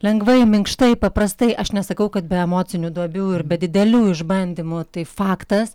lengvai minkštai paprastai aš nesakau kad be emocinių duobių ir be didelių išbandymų tai faktas